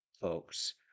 folks